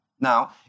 Now